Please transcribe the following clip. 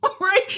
right